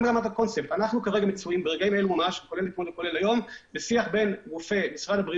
גם במתכונת ההפעלה המצומצמת הוא רוצה שיהיה לו סיי כדי לבוא ממקום